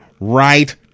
right